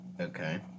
Okay